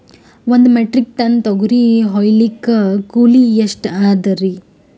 ಒಂದ್ metric ton ತೊಗರಿ ಹೋಯಿಲಿಕ್ಕ ಕೂಲಿ ಎಷ್ಟ ಅದರೀ?